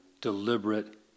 deliberate